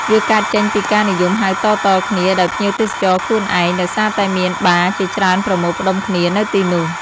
វាកើតចេញពីការនិយមហៅតៗគ្នាដោយភ្ញៀវទេសចរខ្លួនឯង ដោយសារតែមាន បារ ជាច្រើនប្រមូលផ្តុំគ្នានៅទីនោះ។